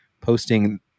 posting